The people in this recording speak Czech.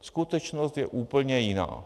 Skutečnost je úplně jiná.